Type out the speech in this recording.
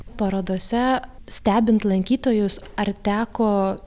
parodose stebint lankytojus ar teko